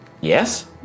Yes